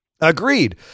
agreed